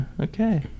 okay